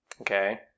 okay